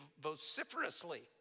vociferously